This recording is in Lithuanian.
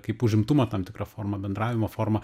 kaip užimtumo tam tikra forma bendravimo forma